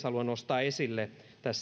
haluan nostaa esille tässä